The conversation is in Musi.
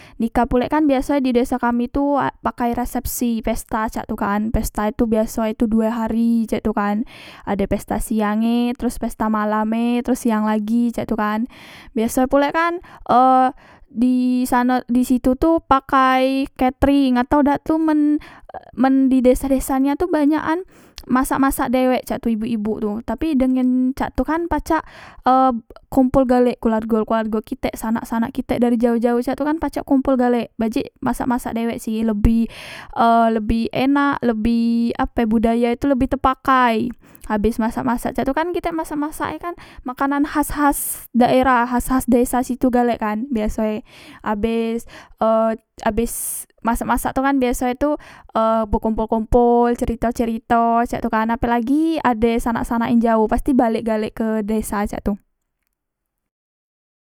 Nikah pulek kan biasoe di desa kami tu pakai resepsi pesta cak tu kan pesta e tu biaso e tu due hari cak tu kan ade ade pesta siang e teros pesta malam e teros siang lagi cak tu kan biasok pulek kan e disano disitutu pakai ketring atau dak tu men men di desa desa nian tu banyakan masak masak dewek cak tu ibuk ibuk tu tapi dengen cak tu kan pacak e kompol galek keluargo keluargo kitek sanak sanak kitek dari jaoh jaoh tu kan pacak kumpul galek bajik masak masak dewek sih lebih e lebih enak lebih ape budaya tu lebih tepakai habes masak masak caktu kan masak masak e kan makanan khas khas daerah khas khas desa situ galek kan biasoe abes e abes masak masak tu kan biaso e tu bekompol kompol cerito cerito cak tu kan apelagi ade sanak sanak yang jaoh pasti balek galek ke desa cak tu